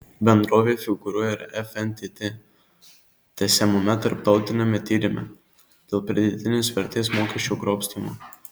bendrovė figūruoja ir fntt tęsiamame tarptautiniame tyrime dėl pridėtinės vertės mokesčio grobstymo